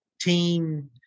teen